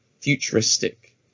futuristic